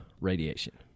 radiation